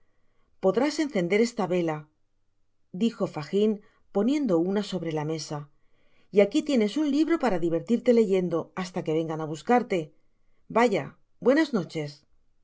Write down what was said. podrás encender esta vela dijo fagin poniendo una sobre la mesa y aqui tienes un libro para divertirte leyendo hasta que vengan á buscarte vaya buenas noches